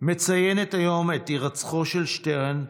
מציינת היום את הירצחו של שטרן,